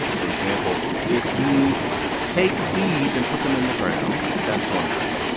for example, if you take seeds and put them in the ground, that's one thing.